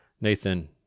Nathan